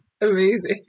Amazing